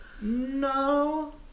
No